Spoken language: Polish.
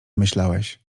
myślałeś